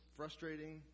frustrating